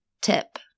tip